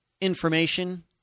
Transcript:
information